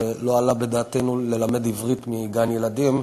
ולא עלה בדעתנו ללמד עברית מגן-הילדים,